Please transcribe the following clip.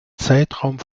zeitraum